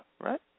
right